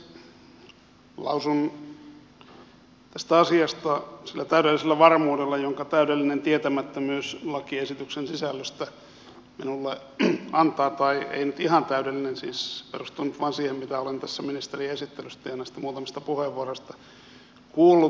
lausun tästä asiasta sillä täydellisellä varmuudella jonka täydellinen tietämättömyys lakiesityksen sisällöstä minulle antaa tai ei nyt ihan täydellinen siis perustuu nyt vain siihen mitä olen tässä ministerin esittelystä ja näistä muutamista puheenvuoroista kuullut